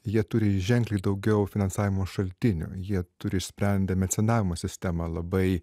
jie turi ženkliai daugiau finansavimo šaltinių jie turi išsprendę mecenavimo sistema labai